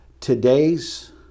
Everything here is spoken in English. today's